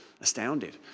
astounded